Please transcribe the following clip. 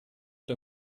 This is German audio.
der